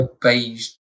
beige